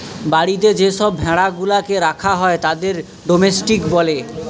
বাড়িতে যে সব ভেড়া গুলাকে রাখা হয় তাদের ডোমেস্টিক বলে